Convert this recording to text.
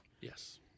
Yes